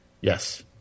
Yes